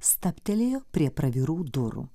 stabtelėjo prie pravirų durų